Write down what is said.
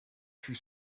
fut